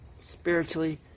Spiritually